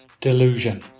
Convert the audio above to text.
delusion